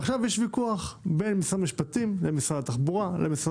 עכשיו יש ויכוח בין שר המשפטים לבין משרד התחבורה לבין המשרד